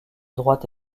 droite